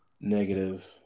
Negative